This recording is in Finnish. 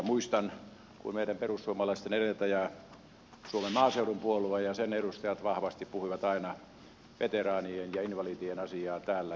muistan kun meidän perussuomalaisten edeltäjä suomen maaseudun puolue ja sen edustajat vahvasti puhuivat aina veteraanien ja invalidien asiaa täällä